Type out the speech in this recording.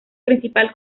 principal